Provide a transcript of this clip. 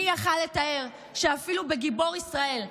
מי היה יכול לתאר שאפילו בגיבור ישראל,